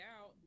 out